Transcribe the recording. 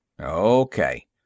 Okay